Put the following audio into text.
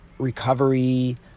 recovery